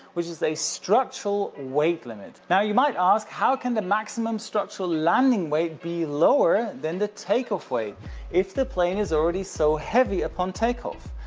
which is a structural weight limit. now, you might ask, how can the maximum structural landing weight be lower than the takeoff weight if the plane is already so heavy upon takeoff?